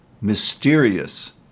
mysterious